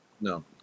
no